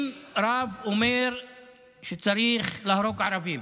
אם רב אומר שצריך להרוג ערבים